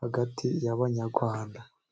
hagati y'Abanyarwanda.